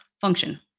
function